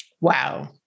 Wow